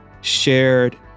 shared